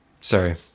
sorry